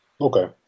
Okay